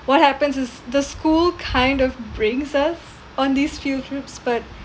what happens is the school kind of brings us on these few trips but